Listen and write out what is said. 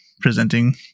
presenting